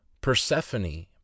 persephone